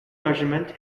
measurement